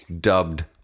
dubbed